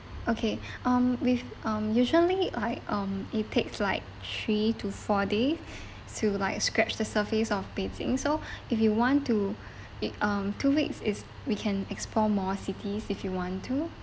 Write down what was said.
okay um with um usually like um it takes like three to four days to like scratch the surface of beijing so if you want to it um two weeks is we can explore more cities if you want to